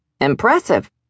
Impressive